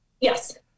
Yes